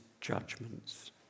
judgments